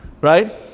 right